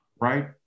right